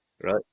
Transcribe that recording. right